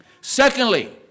Secondly